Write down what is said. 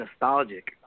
nostalgic